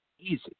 easy